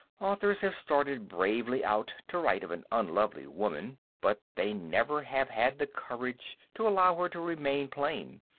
authors have started bravely out to write of an unlovely woman, but they never have had the courage to allow her to remain plain.